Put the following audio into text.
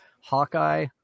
Hawkeye